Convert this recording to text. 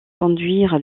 conduire